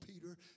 Peter